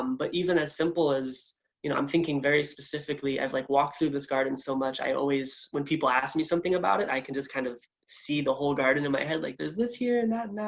um but even as simple as you know i'm thinking very specifically i've like walked through this garden so much i always. when people ask me something about it i can just kind of see the whole garden in my head like there's this here and that and that.